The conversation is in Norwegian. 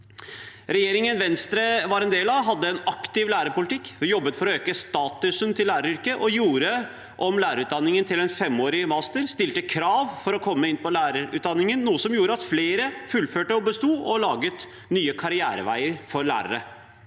Regjeringen Venstre var en del av, hadde en aktiv lærerpolitikk. Vi jobbet for å øke statusen til læreryrket, gjorde om lærerutdanningen til en femårig master, stilte krav for å komme inn på lærerutdanningen, noe som gjorde at flere fullførte og besto, og laget nye karriereveier for lærere,